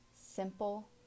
simple